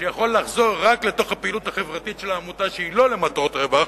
שיכול לחזור רק לתוך הפעילות החברתית של העמותה שהיא לא למטרות רווח,